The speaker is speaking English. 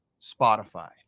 Spotify